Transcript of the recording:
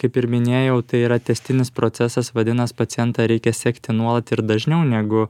kaip ir minėjau tai yra tęstinis procesas vadinas pacientą reikia sekti nuolat ir dažniau negu